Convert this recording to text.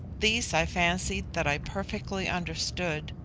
these i fancied that i perfectly understood,